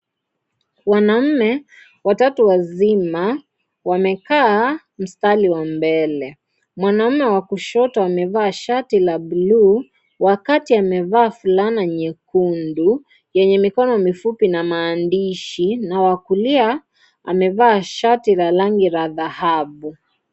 Wanaume watatu wazima wamekaa mstari wa mbele. Mwanaume kushoto amevaa shati la bluu wakati amevaa fulana nyekundu yenye mikono mifupi na maandishi na wa kulia amevaa shati la rangi ya dhahabu.